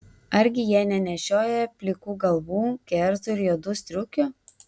argi jie nenešioja plikų galvų kerzų ir juodų striukių